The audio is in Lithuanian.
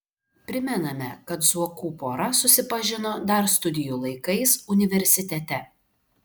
primename kad zuokų pora susipažino dar studijų laikais universitete